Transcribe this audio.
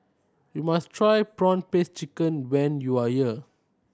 you must try prawn paste chicken when you are here